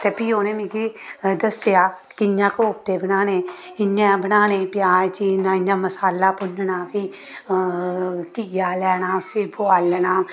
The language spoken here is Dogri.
ते फ्ही उ'नें मिगी दस्सेआ कि कि'यां कोफ्ते बनाने इ'यां बनाने प्याज चीरना इ'यां मसाला भुन्नना फ्ही कि'यां लेना उसी बुआलना